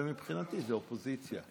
ומבחינתי זו האופוזיציה.